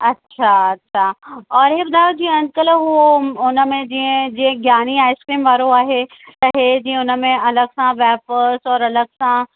अच्छा त और इहे ॿुधायो कि अंकल उहो हुन में जीअं जीअं ज्ञानी आइस्क्रीम वारो आहे हे जीअं हुन में अलॻि सां वेफ़र और अलॻि सां